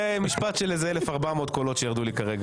זה משפט של 1,400 קולות שירדו לי כרגע...